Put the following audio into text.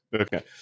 Okay